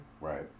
Right